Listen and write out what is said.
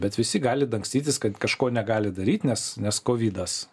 bet visi gali dangstytis kad kažko negali daryt nes nes kovidas